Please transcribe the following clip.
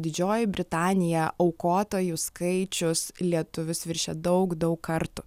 didžioji britanija aukotojų skaičius lietuvis viršija daug daug kartų